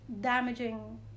damaging